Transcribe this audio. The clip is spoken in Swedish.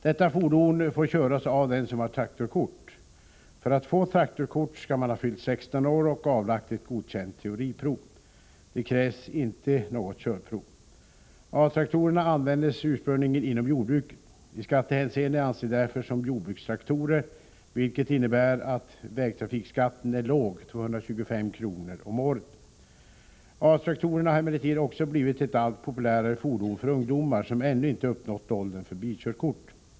Detta fordon får köras av den som har traktorkort. För att få traktorkort skall man ha fyllt 16 år och ha avlagt ett godkänt teoriprov. Det krävs inte något körprov. A-traktorerna användes ursprungligen inom jordbruket. I skattehänseenden anses de därför som jordbrukstraktorer, vilket innebär att vägtrafikskatten är låg, 225 kr. om året. A-traktorerna har emellertid också blivit ett allt populärare fordon för ungdomar som ännu inte uppnått åldern för bilkörkort.